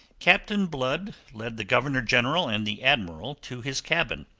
captain blood led the governor-general and the admiral to his cabin,